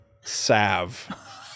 salve